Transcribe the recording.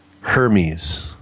Hermes